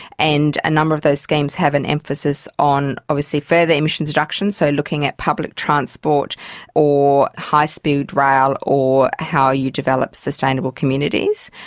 and a number of those schemes have an emphasis on obviously further emissions reductions, so looking at public transport or high speed rail or how you develop sustainable communities.